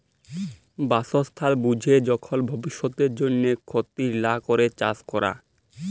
বাসস্থাল বুঝে যখল ভব্যিষতের জন্হে ক্ষতি লা ক্যরে চাস ক্যরা